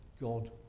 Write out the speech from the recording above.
God